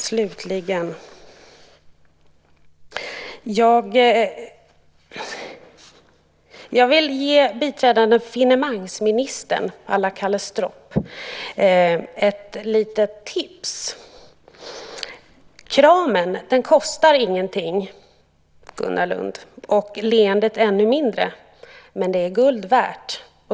Slutligen vill jag ge biträdande finemangsministern à la Kalle Stropp ett litet tips. Kramen kostar ingenting, Gunnar Lund, och leendet ännu mindre, men det är guld värt.